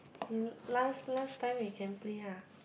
last last time we can play ah